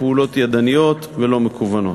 פעולות ידניות ולא מקוונות.